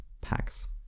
Packs